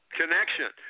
connection